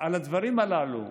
על הדברים הללו.